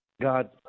God